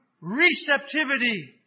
receptivity